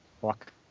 walk